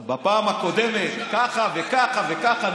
שהתחלנו בפעם הקודמת ככה וככה וככה.